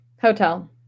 Hotel